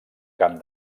cap